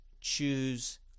choose